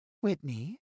Whitney